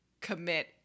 commit